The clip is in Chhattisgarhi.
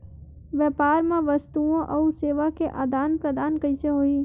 व्यापार मा वस्तुओ अउ सेवा के आदान प्रदान कइसे होही?